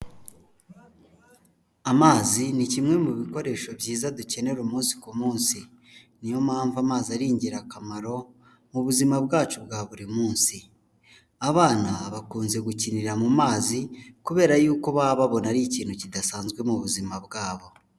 Amazi ni kimwe mu bikoresho byiza dukenera umunsi ku munsi. Ni yo mpamvu amazi ari ingirakamaro mu buzima bwacu bwa buri munsi. Abana bakunze gukinira mu mazi kubera yuko baba babona ari ikintu kidasanzwe mu buzima bwabo.